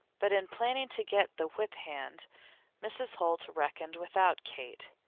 but in planning to get the whip hand mrs. holt reckoned without kate.